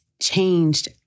Changed